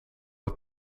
het